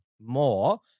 more